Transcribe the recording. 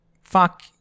fuck